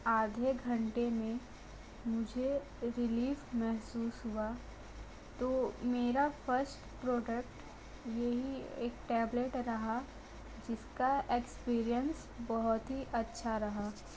आधे घंटे में मुझे रिलीफ़ महसूस हुआ तो मेरा फ़र्स्ट प्रोडक्ट यही एक टैबलेट रहा जिस का एक्सपीरियंस बहुत ही अच्छा रहा